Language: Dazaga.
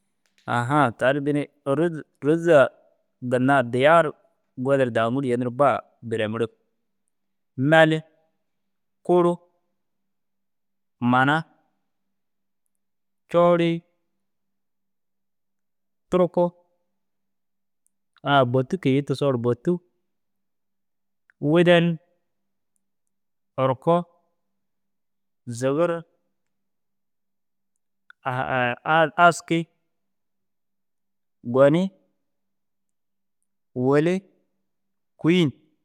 Ahan a tani bini ôrozi rôza ginna addiya ru gonur daa wîlli yenir ba biremirig. Meli, kuru, mana, coorii, turku, aa bôtu kiyitu soor bôtu, widen, orko, zigir, aski, goni, wili kûin.